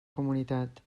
comunitat